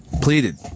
Pleaded